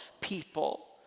people